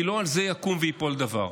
כי לא על זה יקום וייפול דבר.